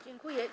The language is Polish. Dziękuję.